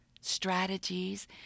strategies